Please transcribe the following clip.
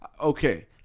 Okay